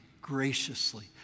graciously